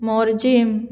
Morjim